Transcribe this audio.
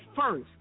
first